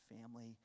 family